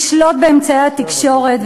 לשלוט באמצעי התקשורת,